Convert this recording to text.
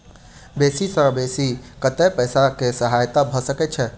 बेसी सऽ बेसी कतै पैसा केँ सहायता भऽ सकय छै?